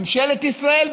ממשלת ישראל,